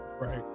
Right